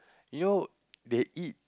you know they eat